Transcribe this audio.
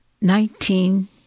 Nineteen